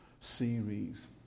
series